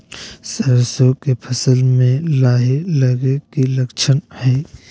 सरसों के फसल में लाही लगे कि लक्षण हय?